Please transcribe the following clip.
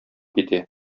китә